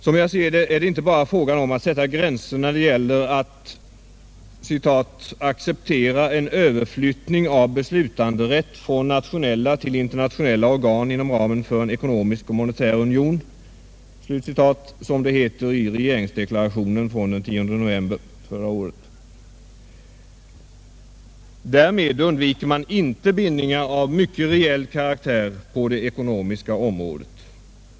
Som jag ser detta är det inte bara fråga om att sätta gränser när det gäller att ”acceptera en överflyttning av beslutanderätt från nationella till internationella organ inom ramen för en ekonomisk och monetär union”, som det heter i regeringsdeklarationen av den 10 november förra året. Därmed undviker man inte bindningar av mycket reell karaktär på det ekonomiska området.